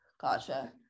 gotcha